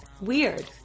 weird